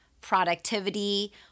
productivity